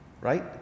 right